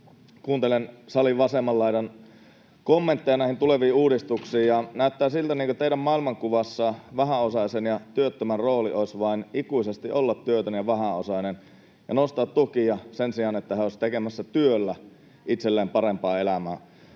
Kuuntelen salin vasemman laidan kommentteja näihin tuleviin uudistuksiin, ja näyttää siltä, niin kuin teidän maailmankuvassanne vähäosaisen ja työttömän rooli olisi ikuisesti olla vain työtön ja vähäosainen ja nostaa tukia sen sijaan, että he olisivat tekemässä työllä itselleen parempaa elämää.